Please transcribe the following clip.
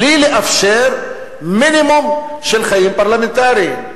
בלי לאפשר מינימום של חיים פרלמנטריים.